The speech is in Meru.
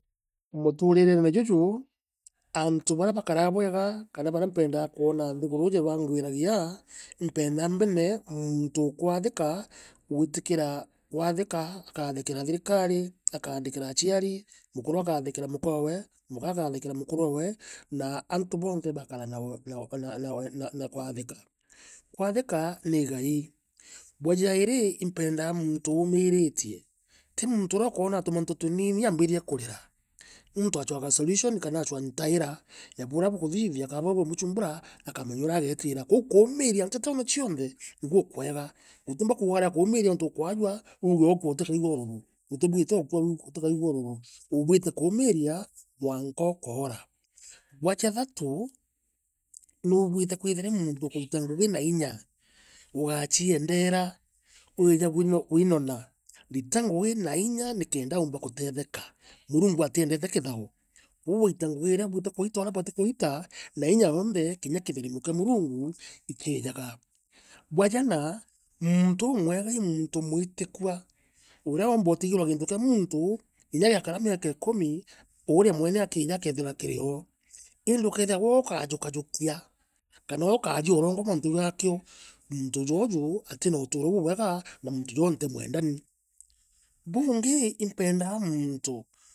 Mutuurirene juju, aantu barea bakaraa bwega kana baria mpendaa kwona nthiguru iiji bangwiragia, mpendaa mbene muuntu ukwathika, wiitikira kwathika, akaathikira thirikari, akaathikira aciari, mukuru akaathikira mukowe, muka akaathikira mukuruowe, na aantu bonthe baakara na na na na kwathika. Kwathikaa, ni igai. Bwa jairi, impeendaa muntu uumiritie ti muntuuuria ukonaa tumantu tuniini aambia kurira. Muntu achoaga solution kana aachwaa ntaira ya burea bukuthithia ka burea buumuchumbura, akamenya urea ageetira. Kwou kuumiria ntetone cionthe, i guukwega. Utiumba kuuga ukarea kuumiria nuntu ukwajua. uuge ukwe utikaigue ururu, utibute gukua utikaigue ururu, ubuite kuumiria, mwanka ukoora. Bwa jathatu, nubuite kwithira wi muuntu ukurita ngugi nainya, ugachiendeera, wiija kuinona, rita ngugi nainya nikenda uumba guteetheka. Murungu atiendete kithao koou ugaita ngugi iria ibuite kuitwa area ibuite guita, na inya yoonthe kinya kitharimo kia Murungu ikiijaga. Bwa janaa, muuntu uumwega i muntu mwitikua uria oomba utigirwa kintu kia muntu inya giakara miaka ikumi, urea mwene akiija akeethira kirio. Iindi ukethirwa kuukaajukiajukia kana kukaaria urongo nontu bwa kio, muuntu jooju atina utuuro buubwega na muntu joo ntimwenda nii. Buungi, impendaa muntu.